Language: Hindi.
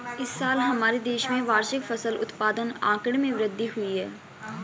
इस साल हमारे देश में वार्षिक फसल उत्पादन आंकड़े में वृद्धि हुई है